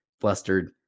flustered